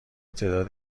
تعداد